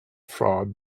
fraud